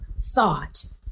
thought